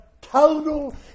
total